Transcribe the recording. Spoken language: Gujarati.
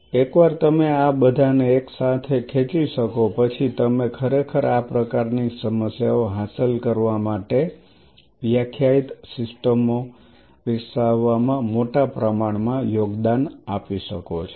એકવાર તમે આ બધાને એકસાથે ખેંચી શકો પછી તમે ખરેખર આ પ્રકારની સમસ્યાઓ હાંસલ કરવા માટે વ્યાખ્યાયિત સિસ્ટમો વિકસાવવામાં મોટા પ્રમાણમાં યોગદાન આપી શકો છો